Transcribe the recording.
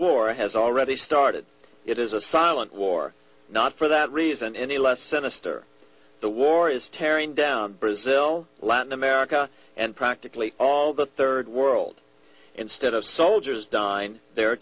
war has already started it is a silent war not for that reason any less sinister the war is tearing down brazil latin america and practically all the third world instead of soldiers dying the